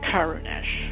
Karunesh